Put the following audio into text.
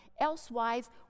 Elsewise